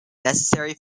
necessary